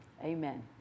Amen